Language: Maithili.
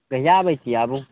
कहिया आबय छी आबू